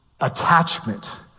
attachment